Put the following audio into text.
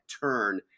turn